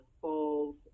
falls